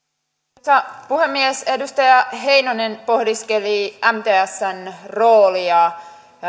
arvoisa puhemies edustaja heinonen pohdiskeli mtsn roolia